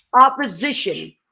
opposition